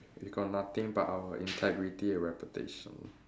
we got nothing but our integrity and reputation